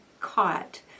caught